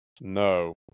No